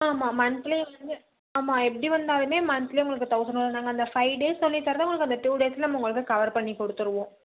ஆமாம் மந்த்லி வந்து ஆமாம் எப்படி வந்தாலுமே மந்த்லி உங்களுக்கு தௌசண்ட் வரும் நாங்கள் அந்த ஃபைவ் டேஸ் சொல்லித்தரதை அந்த டூ டேஸ்சில் உங்களுக்கு கவர் பண்ணிக் கொடுத்துருவோம்